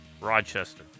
Rochester